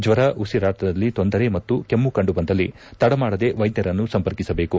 ಜ್ವರ ಉಸಿರಾಟದಲ್ಲಿ ತೊಂದರೆ ಮತ್ತು ಕೆಮ್ಮ ಕಂಡು ಬಂದಲ್ಲಿ ತಡಮಾಡದೆ ವೈದ್ಯರನ್ನು ಸಂಪರ್ಕಿಸಬೇಕು